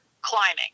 climbing